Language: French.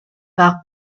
par